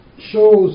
shows